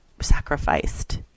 sacrificed